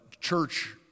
church